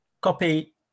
copy